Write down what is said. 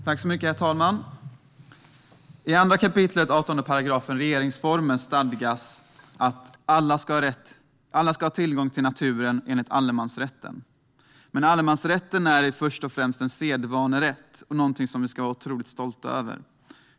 Herr talman! I 2 kap. 18 § regeringsformen stadgas att alla ska ha tillgång till naturen enligt allemansrätten. Men allemansrätten är först och främst en sedvanerätt. Det är något vi ska vara otroligt stolta över.